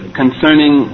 concerning